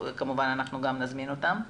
כמובן שנזמין אותם.